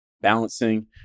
balancing